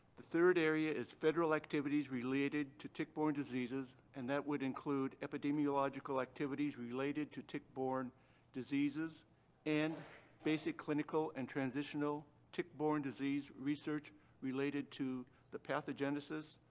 the third area is federal activities related to tick-borne diseases and that would include epidemiological activities related to tick-borne diseases and basic clinical and transitional tick-borne disease research related to the pathogenesis,